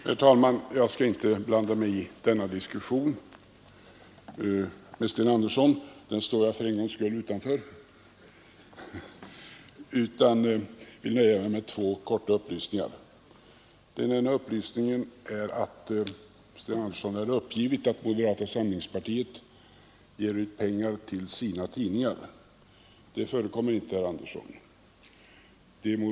Herr talman! Jag skall inte blanda mig i denna diskussion med herr Sten Andersson. Den står jag för en gångs skull utanför. Jag vill nöja mig med två korta upplysningar. Herr Sten Andersson har uppgivit att moderata samlingspartiet ger ut pengar till sina tidningar. Det förekommer inte, herr Andersson.